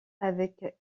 avec